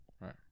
Right